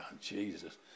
Jesus